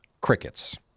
crickets